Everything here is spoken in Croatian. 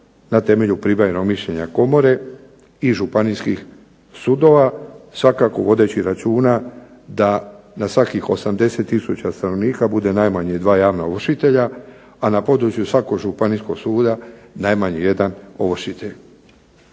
na temelju pribavljenog mišljenja komore i županijskih sudova svakako vodeći računa da na svakih 80 tisuća stanovnika bude najmanje dva javna ovršitelja a na području svakog županijskog suda najmanje jedan ovršitelj.